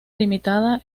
limitada